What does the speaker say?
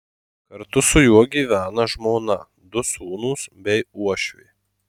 kartu su juo gyvena žmona du sūnūs bei uošvė